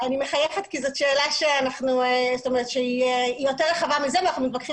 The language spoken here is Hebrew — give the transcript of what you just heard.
אני מחייכת כי זו שאלה שהיא יותר רחבה מזה ואנחנו מתווכחים